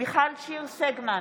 מיכל שיר סגמן,